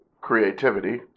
creativity